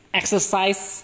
exercise